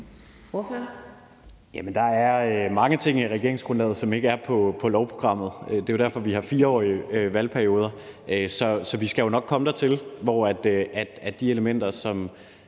der er mange ting i regeringsgrundlaget, som ikke er på lovprogrammet. Det er jo derfor, vi har 4-årige valgperioder, så vi skal nok komme dertil, hvor de elementer i